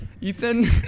Ethan